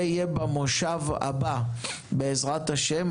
זה יהיה במושב הבא, בעזרת השם.